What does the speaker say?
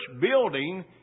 building